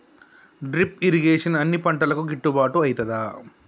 Drip irrigation అన్ని పంటలకు గిట్టుబాటు ఐతదా?